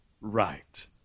right